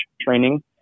training